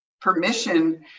permission